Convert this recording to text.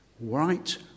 right